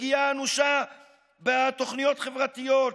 לפגיעה אנושה בתוכניות חברתיות,